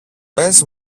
πες